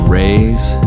raise